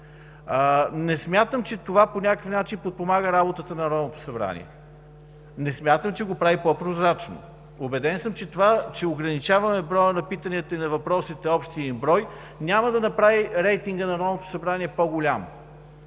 Не смятам, че това по някакъв начин подпомага работата на Народното събрание, не смятам, че го прави по-прозрачно. Убеден съм, че това ограничаване броя на питанията и на въпросите ¬ общия брой, няма да направи рейтинга на Народното събрание по-голям.